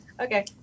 Okay